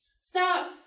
Stop